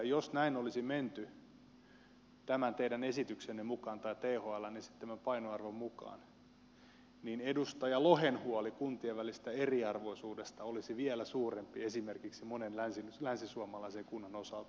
jos näin olisi menty tämän teidän esityksenne mukaan tai thln esittämän painoarvon mukaan niin edustaja lohen huoli kuntien välisestä eriarvoisuudesta olisi vielä suurempi esimerkiksi monen länsisuomalaisen kunnan osalta